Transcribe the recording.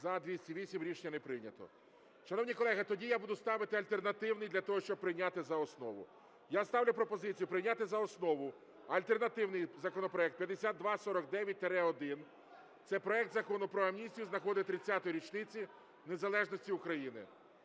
За-208 Рішення не прийнято. Шановні колеги, тоді я буду ставити альтернативний для того, щоб прийняти за основу. Я ставлю пропозицію прийняти за основу альтернативний законопроект 5249-1. Це проект Закону про амністію з нагоди 30-ї річниці незалежності України.